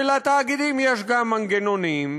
ולתאגידים יש גם מנגנונים,